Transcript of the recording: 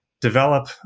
develop